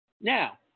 Now